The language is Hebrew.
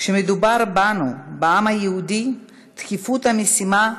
כשמדובר בנו, בעם היהודי, דחיפות המשימה מחריפה: